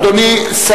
הצבעה, אדוני.